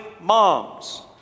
moms